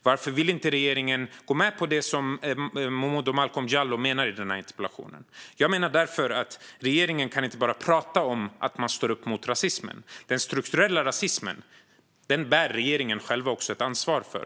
Varför vill inte regeringen gå med på det som Momodou Malcolm Jallow föreslår i interpellationen? Regeringen kan inte bara prata om att man står upp mot rasismen. Den strukturella rasismen bär regeringen själv också ett ansvar för.